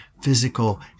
physical